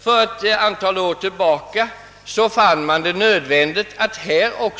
För ett antal år sedan fann man det nödvändigt att